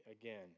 again